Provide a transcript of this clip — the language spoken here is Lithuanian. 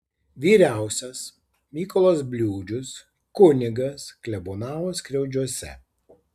vyriausias mykolas bliūdžius kunigas klebonavo skriaudžiuose